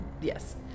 Yes